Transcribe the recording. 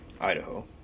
Idaho